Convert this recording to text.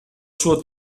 suo